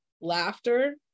laughter